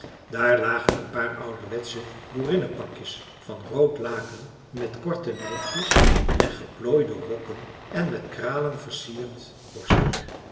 daar lagen een paar ouderwetsche boerinnenpakjes van rood laken met korte lijfjes en geplooide rokken en met kralen versierd